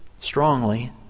strongly